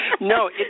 No